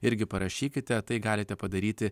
irgi parašykite tai galite padaryti